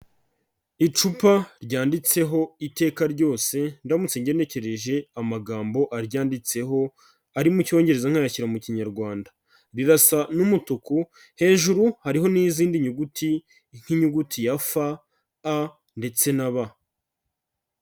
Icupa ryanditseho iteka ryose ndamutse ngenekereje amagambo aryanditseho, ari mu cyongereza nkayashyira mu kinyarwanda, rirasa n'umutuku, hejuru hariho n'izindi nyuguti nk'inyuguti ya f, a, ndetse na b.